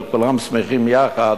אלא כולם שמחים יחד.